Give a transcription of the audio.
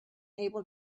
able